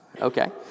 okay